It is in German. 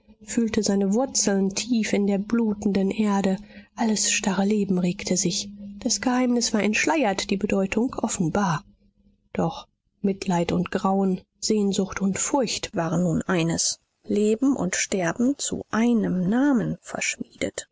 fühlte seine wurzeln tief in der blutenden erde alles starre leben regte sich das geheimnis war entschleiert die bedeutung offenbar doch mitleid und grauen sehnsucht und furcht waren nun eines leben und sterben zu einem namen